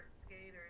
skaters